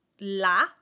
La